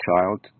child